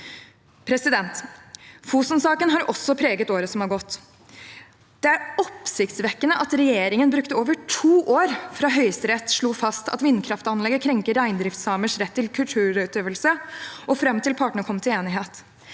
Fosen-saken har også preget året som har gått. Det er oppsiktsvekkende at regjeringen brukte over to år fra Høyesterett slo fast at vindkraftanlegget krenker reindriftssamers rett til kulturutøvelse, og fram til partene kom til enighet.